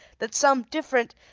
that some different,